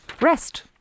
Rest